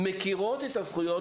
מכירים את הזכויות,